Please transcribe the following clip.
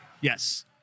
Yes